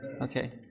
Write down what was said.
Okay